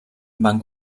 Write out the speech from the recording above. van